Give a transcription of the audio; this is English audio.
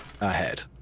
ahead